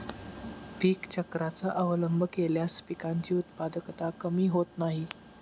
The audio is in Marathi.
पीक चक्राचा अवलंब केल्यास पिकांची उत्पादकता कमी होत नाही